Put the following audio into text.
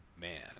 man